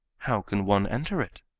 how can one enter it?